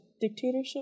dictatorship